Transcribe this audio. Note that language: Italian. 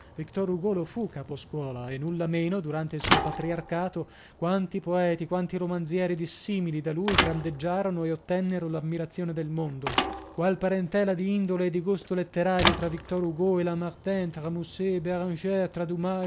fu caposcuola e nullameno durante il suo patriarcato quanti poeti quanti romanzieri dissimili da lui grandeggiarono e ottennero la ammirazione del mondo qual parentela di indole e di gusto letterario tra victor hugo e lamartine tra musset